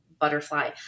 butterfly